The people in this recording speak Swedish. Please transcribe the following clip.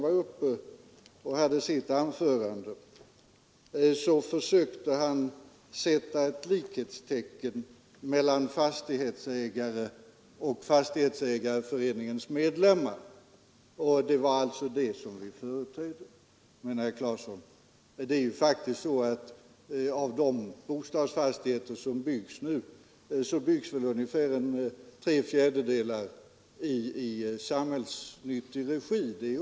Herr Claeson försökte i sitt anförande sätta ett likhetstecken mellan fastighetsägare och Fastighetsägareförbundets medlemmar; det var alltså de senare som vi företrädde. Men, herr Claeson, av de bostadsfastigheter som uppförs nu byggs faktiskt ungefär tre fjärdedelar,i s.k. samhällsnyttig regi.